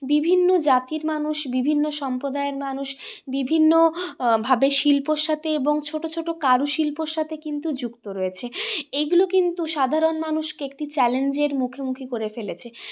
বিভিন্ন জাতির মানুষ বিভিন্ন সম্প্রদায়ের মানুষ বিভিন্নভাবে শিল্পর সাথে এবং ছোটো ছোটো কারুশিল্পর সাথে কিন্তু যুক্ত রয়েছে এগুলো কিন্তু সাধারণ মানুষকে একটি চ্যালেঞ্জের মুখোমুখি করে ফেলেছে